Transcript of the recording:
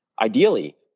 ideally